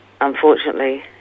Unfortunately